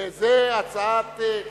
וזה צו